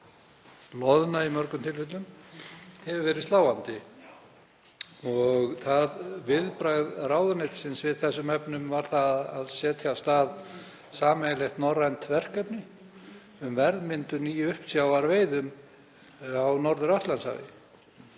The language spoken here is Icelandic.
loðna, í mörgum tilfellum, hefur verið sláandi. Viðbragð ráðuneytisins í þessum efnum var að setja af stað sameiginlegt norrænt verkefni um verðmyndun í uppsjávarveiðum í Norður-Atlantshafi.